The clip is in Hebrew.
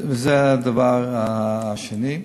זה הדבר השני.